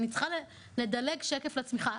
ואני צריכה לדלג לשקף הצמיחה,